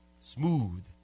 smooth